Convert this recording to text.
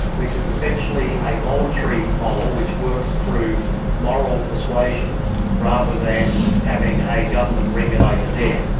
which is essentially a voluntary model which works through moral persuasion rather than having a government regulator there.